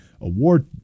award